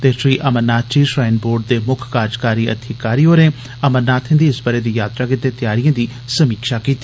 ते Shri Amarnath ji shrine board दे मुक्ख कार्जकारी अधिकारी होरें अमरनाथैं दी इस बरे दी यात्रा गितै त्यारियें दी समीक्षा कीती